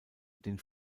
den